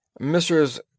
Mrs